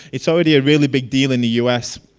it's already a really big deal in the usa.